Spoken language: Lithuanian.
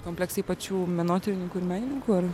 kompleksai pačių menotyrininkų ir menininkų ar